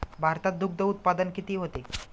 भारतात दुग्धउत्पादन किती होते?